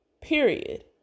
period